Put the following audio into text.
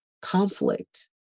conflict